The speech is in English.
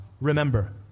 remember